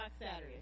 Saturday